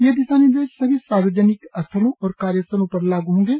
ये दिशा निर्देश सभी सार्वजनिक स्थलों और कार्यस्थलों पर लागू होंगे